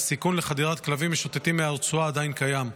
הסיכון לחדירת כלבים משוטטים מהרצועה עדיין קיים.